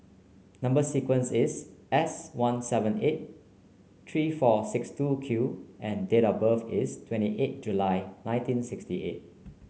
number sequence is S one seven eight three four six two Q and date of birth is twenty eight July nineteen sixty eight